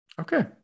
Okay